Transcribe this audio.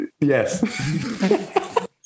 Yes